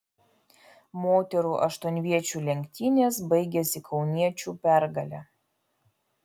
moterų aštuonviečių lenktynės baigėsi kauniečių pergale